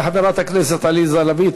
תודה לחברת הכנסת עליזה לביא,